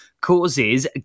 causes